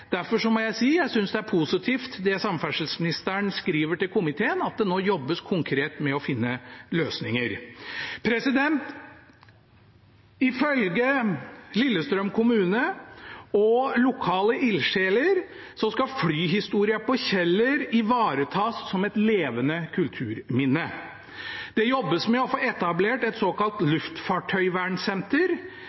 Derfor må jeg si jeg synes det samferdselsministeren skriver til komiteen, er positivt – at det nå jobbes konkret med å finne løsninger. Ifølge Lillestrøm kommune og lokale ildsjeler skal flyhistorien på Kjeller ivaretas som et levende kulturminne. Det jobbes med å få etablert et såkalt luftfartøyvernsenter,